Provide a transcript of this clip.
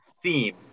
Theme